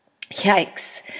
Yikes